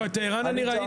לא, את "טהרן" אני ראיתי.